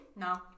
No